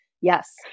Yes